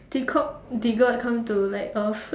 they caught they got come to like earth